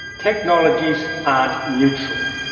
technologies aren't neutral.